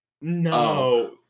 No